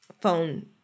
phone